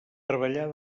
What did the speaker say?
treballar